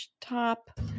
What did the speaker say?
top